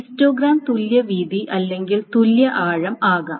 histogram തുല്യ വീതി അല്ലെങ്കിൽ തുല്യ ആഴം ആകാം